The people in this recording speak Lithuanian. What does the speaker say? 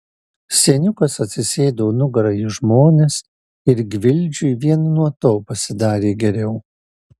seniukas atsisėdo nugara į žmones ir gvildžiui vien nuo to pasidarė geriau